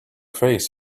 face